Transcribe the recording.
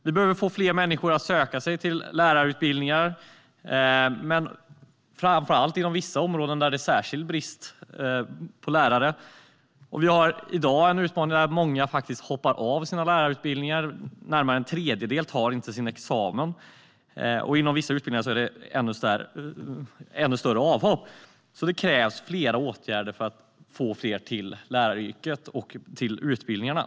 Vi behöver få fler att söka sig till lärarutbildningarna, framför allt inom vissa områden där det är särskild brist på lärare. Vi har en utmaning i att många i dag hoppar av sin lärarutbildning - närmare en tredjedel tar inte examen. Inom vissa utbildningar är det ännu större avhopp. Det krävs flera åtgärder för att få fler att söka sig till läraryrket och till utbildningarna.